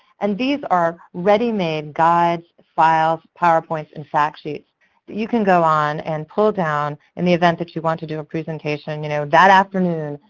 and these are ready-made guides, files, powerpoints, and fact sheets that you can go on and pull down in the event that you want to do a presentation. you know that afternoon,